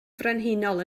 frenhinol